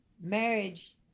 marriage